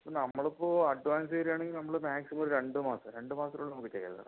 നമ്മളിപ്പോൾ അഡ്വാൻസ് തരികയാണെങ്കിൽ നമ്മൾ മാക്സിമം ഒരു രണ്ട് മാസം രണ്ട് മാസത്തിനുള്ളിൽ അത് നമുക്ക് ചെയ്യാം അത്